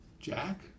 Jack